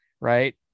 right